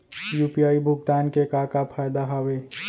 UPI भुगतान के का का फायदा हावे?